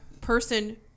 person